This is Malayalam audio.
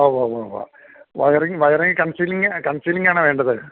ആ ഉവ്വ് ഉവ്വ് ഉവ്വ് വയറിങ് വയറിങ് കൺസീലിങ് കൺസീലിങ് ആണോ വേണ്ടത്